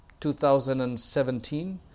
2017